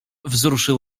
wzruszył